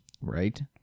Right